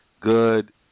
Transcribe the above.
good